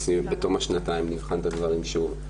בתום השנתיים נבחן שוב את הדברים.